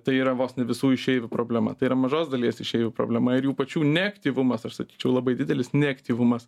tai yra vos ne visų išeivių problema tai yra mažos dalies išeivių problema ir jų pačių neaktyvumas aš sakyčiau labai didelis neaktyvumas